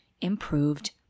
improved